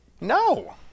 No